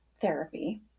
therapy